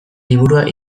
liburua